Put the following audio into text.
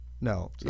No